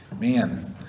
man